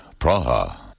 Praha